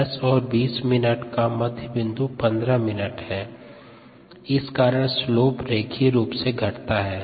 10 और 20 मिनट का का मध्य बिंदु 15 मिनट है इस कारण स्लोप रेखीय रूप से घटता है